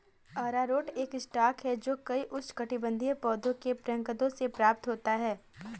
अरारोट एक स्टार्च है जो कई उष्णकटिबंधीय पौधों के प्रकंदों से प्राप्त होता है